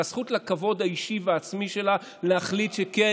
זו הזכות לכבוד האישי והעצמי שלה להחליט שכן,